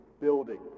building